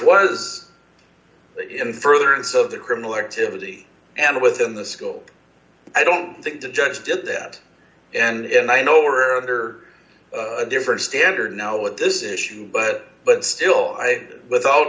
was further in some of the criminal activity and within the school i don't think the judge did that and i know are under a different standard now with this issue but but still i without